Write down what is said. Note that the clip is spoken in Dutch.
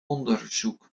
onderzoek